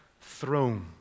throne